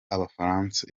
abafaransa